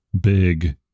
big